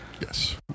Yes